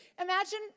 Imagine